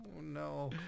no